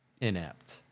inept